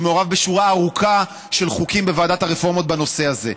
שמעורב בשורה ארוכה של חוקים בוועדת הרפורמות בנושא הזה.